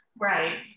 Right